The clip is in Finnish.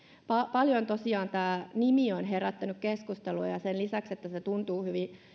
paljon tosiaan tämä nimi on herättänyt keskustelua sen lisäksi että se tuntuu hyvin